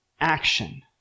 action